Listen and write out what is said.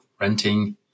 renting